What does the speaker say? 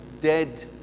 dead